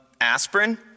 aspirin